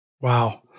Wow